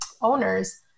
owners